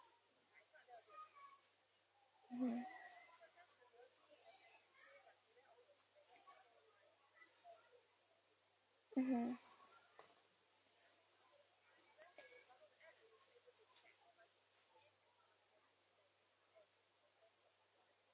mmhmm mmhmm